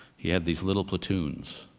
he had these little platoons